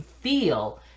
feel